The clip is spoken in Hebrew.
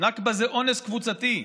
נכבה זה אונס קבוצתי,